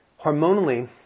hormonally